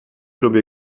době